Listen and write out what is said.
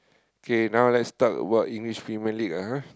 K now let's talk about English Premier-League ah